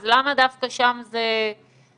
אז למה דווקא שם זה מקרטע?